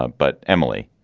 ah but emily,